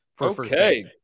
okay